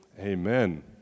Amen